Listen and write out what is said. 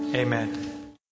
Amen